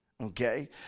okay